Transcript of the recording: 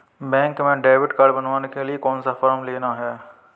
Bank में debit card बनवाने के लिए कौन सा फॉर्म लेना है?